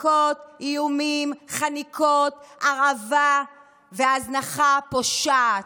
מכות, איומים, חניקות, הרעבה והזנחה פושעת.